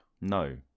No